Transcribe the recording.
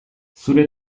zure